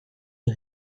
you